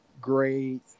Great